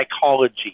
psychology